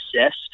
assist